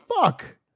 fuck